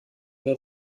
wir